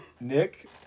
Nick